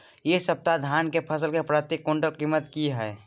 इ सप्ताह धान के फसल के प्रति क्विंटल कीमत की हय?